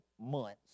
months